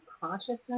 consciousness